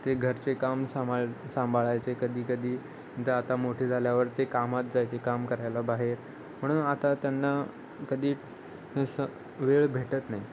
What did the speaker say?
ते घरचे काम सांभाळ सांभाळायचे कधी कधी जर आता मोठे झाल्यावर ते कामात जायचे काम करायला बाहेर म्हणून आता त्यांना कधी वेळ भेटत नाही